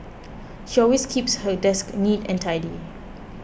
she always keeps her desk neat and tidy